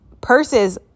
purses